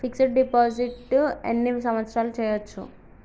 Fix డ్ deposit ఎన్ని సంవత్సరాలు చేయచ్చు?